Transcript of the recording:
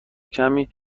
کمی